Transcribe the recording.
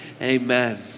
Amen